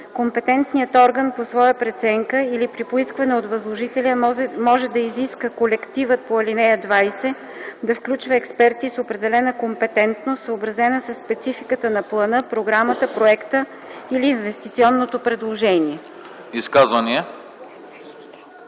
Компетентният орган по своя преценка или при поискване от възложителя може да изиска колективът по ал. 20 да включва експерти с определена компетентност, съобразена със спецификата на плана, програмата, проекта или инвестиционното предложение.”